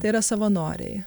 tai yra savanoriai